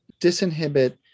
disinhibit